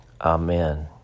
Amen